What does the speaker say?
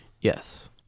Yes